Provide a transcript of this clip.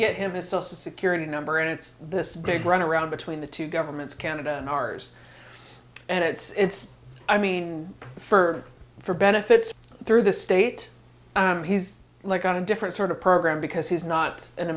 get him a social security number and it's this big runaround between the two governments canada and ours and it's i mean for for benefits through the state he's like on a different sort of program because he's not an